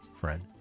friend